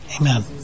amen